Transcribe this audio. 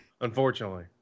unfortunately